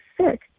sick